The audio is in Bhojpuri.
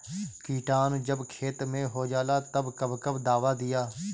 किटानु जब खेत मे होजाला तब कब कब दावा दिया?